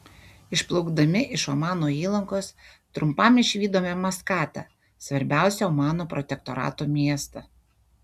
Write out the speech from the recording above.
išplaukdami iš omano įlankos trumpam išvydome maskatą svarbiausią omano protektorato miestą